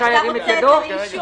הם בזום איתנו.